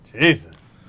Jesus